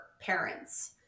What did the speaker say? parents